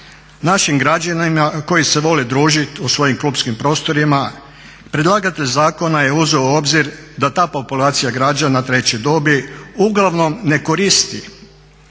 građanima koji se vole družiti u svojim klupskim prostorima predlagatelj zakona je uzeo u obzir da ta populacija građana treće dobi uglavnom ne koristi